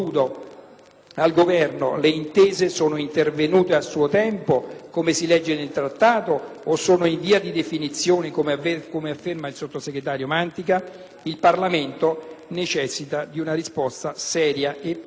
al Governo: le intese sono intervenute a suo tempo, come si legge nel Trattato, o sono in via di definizione, come afferma il Sottosegretario? Il Parlamento necessita di una risposta seria e precisa!